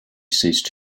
ceased